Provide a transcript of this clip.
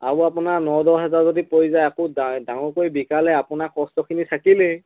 আৰু আপোনাৰ ন দহ হেজাৰ যদি পৰি যায় আকৌ ডা ডাঙৰ কৰি বিকালৈ আপোনাৰ কষ্টখিনি থাকিলেই